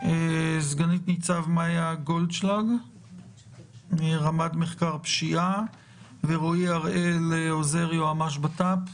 סגנית ניצב מאיה גולדשלג מרמ"ד מחקר פשיעה ורואי הראל עוזר יועמ"ש בט"פ,